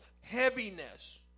heaviness